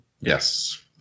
Yes